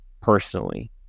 personally